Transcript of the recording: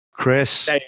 Chris